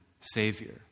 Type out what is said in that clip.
Savior